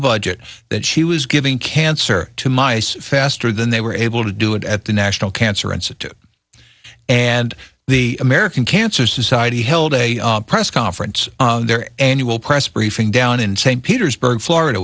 budget that she was giving cancer to mice faster than they were able to do it at the national cancer institute and the american cancer society held a press conference their annual press briefing down in st petersburg florida